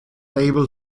able